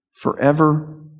Forever